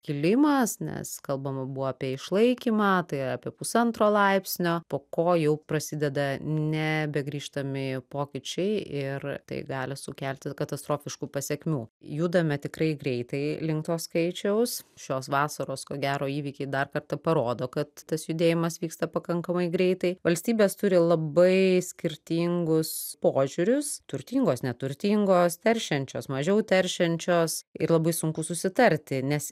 kilimas nes kalbama buvo apie išlaikymą tai apie pusantro laipsnio po ko jau prasideda nebegrįžtami pokyčiai ir tai gali sukelti katastrofiškų pasekmių judame tikrai greitai link to skaičiaus šios vasaros ko gero įvykiai dar kartą parodo kad tas judėjimas vyksta pakankamai greitai valstybės turi labai skirtingus požiūrius turtingos neturtingos teršiančios mažiau teršiančios ir labai sunku susitarti nes